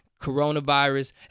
coronavirus